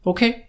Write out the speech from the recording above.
Okay